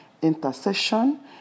intercession